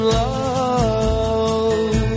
love